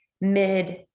mid